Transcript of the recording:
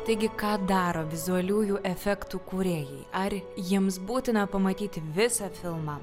taigi ką daro vizualiųjų efektų kūrėjai ar jiems būtina pamatyti visą filmą